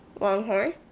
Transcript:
longhorn